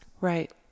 right